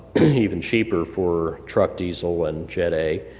even cheaper for truck diesel and jet a.